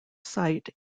site